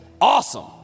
awesome